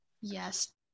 Yes